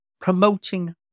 promoting